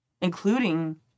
Including